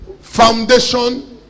foundation